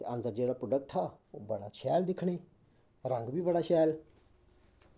ते अन्दर जेह्ड़ा प्राडैक्ट हा ओह् बड़ा शैल दिक्खने गी रंग बी बड़ा शैल